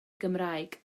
gymraeg